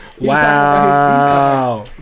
Wow